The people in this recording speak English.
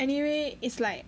anyway it's like